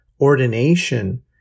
ordination